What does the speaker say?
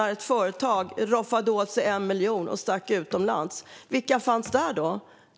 När ett företag roffade åt sig 1 miljon och stack utomlands, vilka fanns där då?